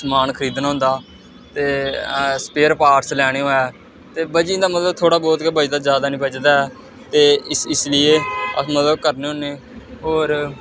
समान खरीदना होंदा ते स्पेयर पार्टस लैने होऐ ते बची जंदा मतलब थोह्ड़ा बहुत गै बचदा ज्यादा नेईं बचदा ऐ ते इस इसलेई अस मतलब करने होन्ने होर